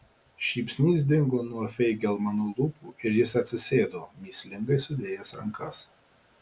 šypsnys dingo nuo feigelmano lūpų ir jis atsisėdo mįslingai sudėjęs rankas